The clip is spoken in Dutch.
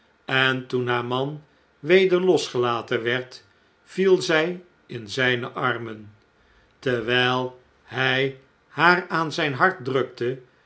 en toen haar man weder losgelaten werd viel zy in zjjne armen terwijl hij haar aan zgn hart drukte